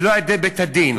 ולא על-ידי בית-הדין.